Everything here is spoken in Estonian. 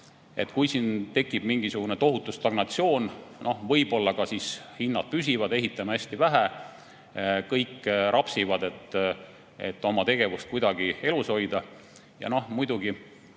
Kui siin tekib mingisugune tohutu stagnatsioon, võib-olla siis ka hinnad püsivad. Ehitame hästi vähe, kõik ehitajad rapsivad, et oma tegevust kuidagi elus hoida. Muidugi,